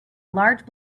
large